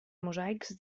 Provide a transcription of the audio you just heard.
mosaics